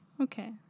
Okay